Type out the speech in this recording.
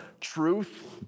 truth